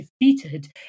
defeated